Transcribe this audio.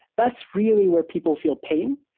that's really where people feel pain.